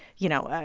you know,